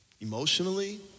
emotionally